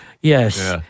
Yes